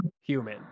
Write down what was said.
human